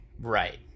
Right